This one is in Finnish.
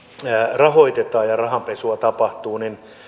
rahoitetaan ja rahanpesua tapahtuu